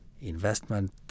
investment